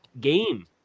game